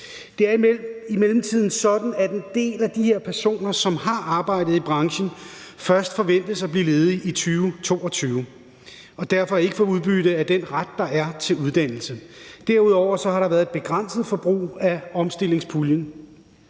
Det er imidlertid sådan, at en del af de her personer, som har arbejdet i branchen, først forventes at blive ledige i 2022 og derfor ikke får udbytte af den ret, der er, til uddannelse. Derudover har der været et begrænset forbrug af omstillingspuljen.